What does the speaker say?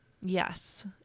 Yes